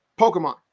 pokemon